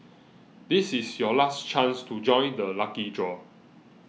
this is your last chance to join the lucky draw